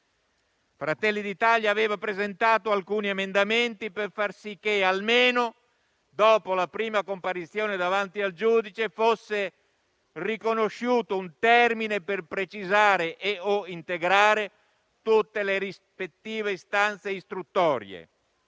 Fratelli d'Italia aveva presentato alcuni emendamenti per far sì che, almeno dopo la prima comparizione davanti al giudice, fosse riconosciuto un termine per precisare e o integrare tutte le rispettive istanze istruttorie.